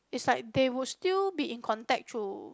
is like they would still be in contact through